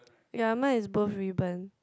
ya mine is both ribbon